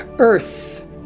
Earth